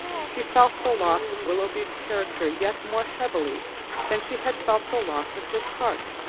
she felt the loss of willoughby's character yet more heavily than she had felt the loss of his heart